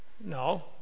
no